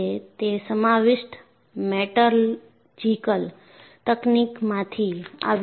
તે સમાવિષ્ટ મેટલર્જિકલ તકનીકમાંથી આવ્યું છે